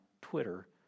Twitter